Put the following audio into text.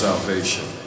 Salvation